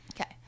Okay